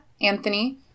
Anthony